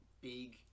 big